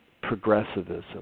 progressivism